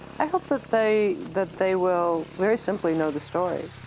i hope that they that they will very simply know the story.